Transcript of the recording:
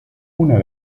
una